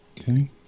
Okay